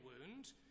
wound